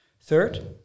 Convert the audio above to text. Third